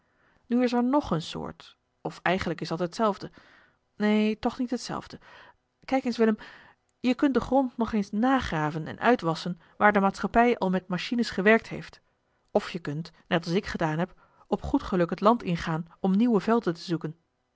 nu is er n o g eene soort of eigenlijk is dat hetzelfde neen toch niet hetzelfde kijk eens willem je kunt den grond nog eens nagraven en uitwasschen waar de maatschappij al met machines gewerkt heeft of je kunt net als ik gedaan heb op goed geluk het land ingaan om nieuwe velden te zoeken